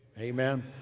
amen